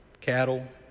cattle